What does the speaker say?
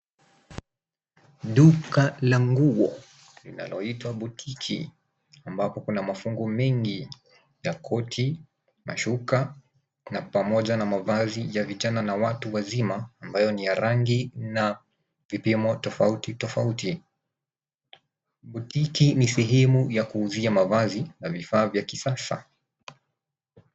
Duka la nguo, linaloitwa botiki. Ambapo kuna mafungu mengi ya koti, mashuka na pamoja na mavazi ya vijana na watu wazima ambayo ni ya rangi na vipimo tofauti tofauti. Botiki ni sehemu ya kuuzia mavazi na vifaa vya kisasa.